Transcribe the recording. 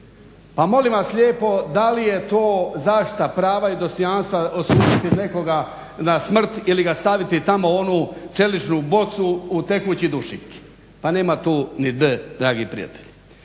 Pa molim vas lijepo da li je to zaštita prava i dostojanstva osuditi nekoga na smrt ili ga staviti tamo u onu čeličnu bocu u tekući dušik? Pa nema tu ni d dragi prijatelji.